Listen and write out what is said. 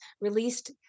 released